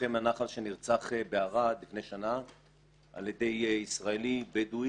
לוחם הנח"ל שנרצח בערד לפני שנה על ידי ישראלי בדואי.